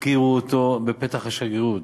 הפקירו אותו בפתח השגרירות,